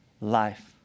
life